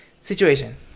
Situation